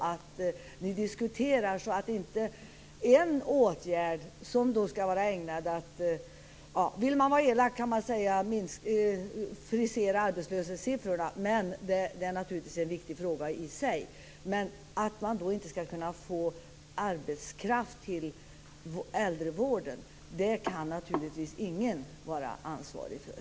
Jag vill att ni diskuterar det, så att inte en åtgärd som skall vara ägnad att frisera arbetslöshetssiffrorna - så kan man säga om man vill vara elak - vilket naturligtvis är en viktig fråga i sig, leder till att man inte får arbetskraft till äldrevården. Detta kan naturligtvis ingen vara ansvarig för.